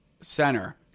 Center